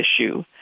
issue